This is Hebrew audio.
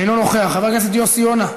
אינו נוכח, חבר הכנסת יוסי יונה,